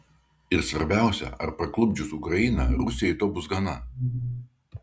ir svarbiausia ar parklupdžius ukrainą rusijai to bus gana